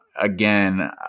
again